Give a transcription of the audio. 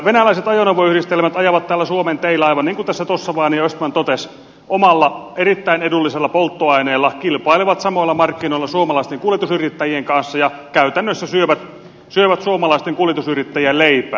venäläiset ajoneuvoyhdistelmät ajavat täällä suomen teillä aivan niin kuin tässä tossavainen ja östman totesivat omalla erittäin edullisella polttoaineella kilpailevat samoilla markkinoilla suomalaisten kuljetusyrittäjien kanssa ja käytännössä syövät suomalaisten kuljetusyrittäjien leipää